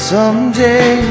Someday